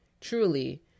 truly